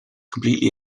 completely